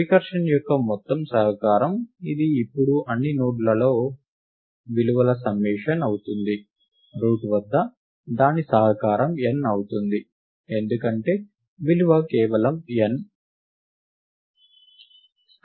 recursion యొక్క మొత్తం సహకారం ఇది ఇప్పుడు అన్ని నోడ్లలోని విలువల సమ్మేషన్ అవుతుంది రూట్ వద్ద దాని సహకారం n అవుతుంది ఎందుకంటే విలువ కేవలం n